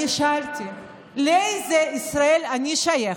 אני שאלתי לאיזה ישראל אני שייכת,